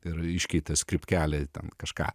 ir iškeitęs kaip kelią į ten kažką